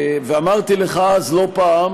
ואמרתי לך אז לא פעם